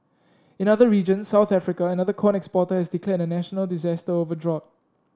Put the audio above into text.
in other regions South Africa another corn exporter has declared a national disaster over drought